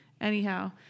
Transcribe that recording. Anyhow